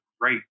great